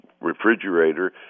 refrigerator